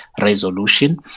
resolution